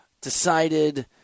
decided